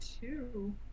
two